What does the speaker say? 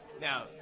Now